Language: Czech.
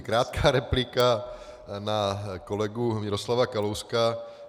Krátká replika na kolegu Miroslava Kalouska.